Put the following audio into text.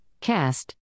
Cast